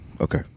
Okay